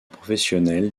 professionnelle